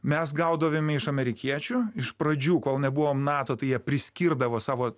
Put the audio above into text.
mes gaudavome iš amerikiečių iš pradžių kol nebuvom nato tai jie priskirdavo savo